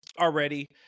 already